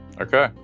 Okay